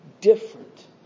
different